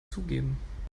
zugeben